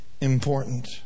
important